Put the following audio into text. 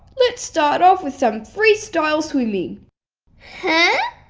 let's start off with some freestyle swimming huh?